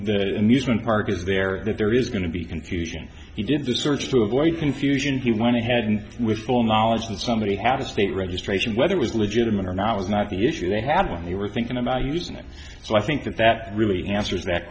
the park is there that there is going to be confusion he did the search to avoid confusion he went ahead and with full knowledge that somebody had a state registration whether was legitimate or not was not the issue they had when they were thinking about using it so i think that that really answers that